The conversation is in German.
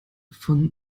von